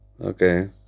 Okay